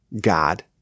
God